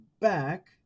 back